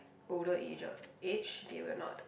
older ager age they will not